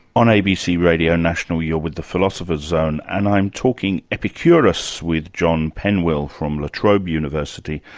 on abc radio national you're with the philosopher's zone and i'm talking epicurus with john penwill from la trobe university.